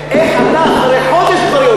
השאלה שהייתה צריכה להישאל: איך אתה,